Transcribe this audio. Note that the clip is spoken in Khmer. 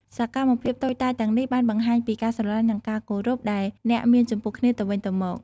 សកម្មភាពតូចតាចទាំងនេះបានបង្ហាញពីការស្រលាញ់និងការគោរពដែលអ្នកមានចំពោះគ្នាទៅវិញទៅមក។